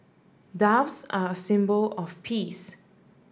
doves are a symbol of peace